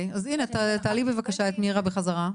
אז תעלי בבקשה את מירה בחזרה.